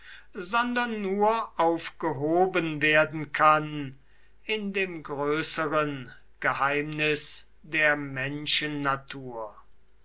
sondern nur aufgehoben werden kann in dem größeren geheimnis der